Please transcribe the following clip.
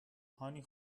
هانی